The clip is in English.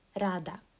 rada